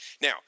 Now